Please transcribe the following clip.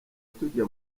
tujya